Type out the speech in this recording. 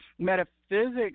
Metaphysics